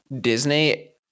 disney